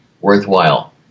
worthwhile